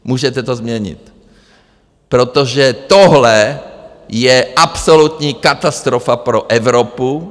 Můžete to změnit, protože tohle je absolutní katastrofa pro Evropu.